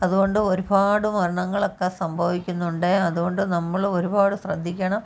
അതു കൊണ്ട് ഒരുപാടു മരണങ്ങളൊക്കെ സംഭവിക്കുന്നുണ്ടേ അതു കൊണ്ട് നമ്മൾ ഒരുപാട് ശ്രദ്ധിക്കണം